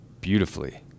beautifully